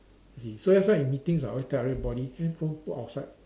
you see so that's why in meetings I always tell everybody handphone put outside